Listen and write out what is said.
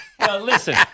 Listen